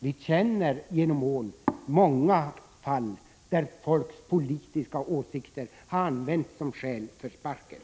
Vi känner till många fall genom åren där människors politiska åsikter har använts som skäl för att ge dem sparken.